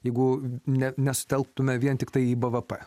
jeigu ne nesutelktume vien tiktai į bvp